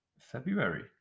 February